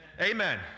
Amen